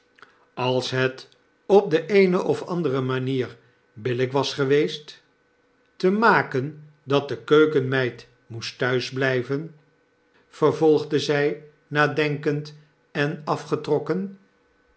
als het op de een of andere manier billgk was geweest te maken dat de keukenmeid moest thuis blijven vervolgde zg nadenkend en afgetrokken